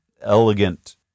elegant